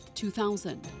2000